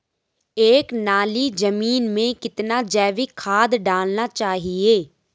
एक नाली जमीन में कितना जैविक खाद डालना चाहिए?